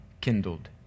kindled